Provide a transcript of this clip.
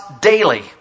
daily